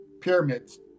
pyramids